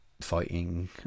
fighting